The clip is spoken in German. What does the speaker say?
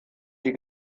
die